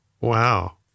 Wow